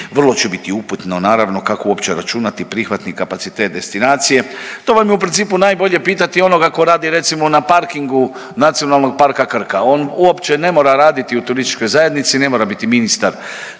Vrlo će biti uputno naravno kako uopće računati prihvatni kapacitet destinacije. To vam je u principu najbolje pitati onoga tko radi recimo na parkingu Nacionalnog parka Krka. On uopće ne mora raditi u turističkoj zajednici, ne mora biti ministar